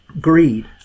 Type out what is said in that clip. greed